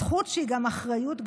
זכות שהיא גם אחריות גדולה.